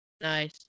Nice